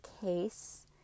case